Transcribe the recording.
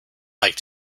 like